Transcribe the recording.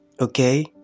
Okay